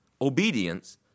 Obedience